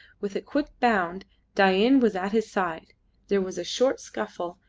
with a quick bound dain was at his side there was a short scuffle,